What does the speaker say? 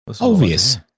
Obvious